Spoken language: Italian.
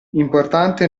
importante